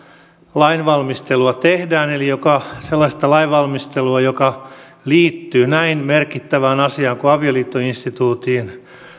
lainvalmistelua tehdään eli sellaista lainvalmistelua joka liittyy näin merkittävään asiaan kuin avioliittoinstituuttiin